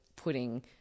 putting